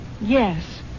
Yes